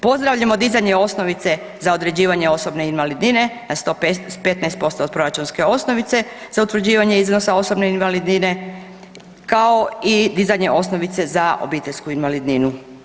Pozdravljamo dizanje osnovice za određivanje osobne invalidnine na 115% od proračunske osnovice za utvrđivanje iznosa osobne invalidnine kao i dizanje osnovice za obiteljsku invalidninu.